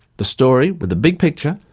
the story, with a big picture,